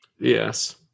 Yes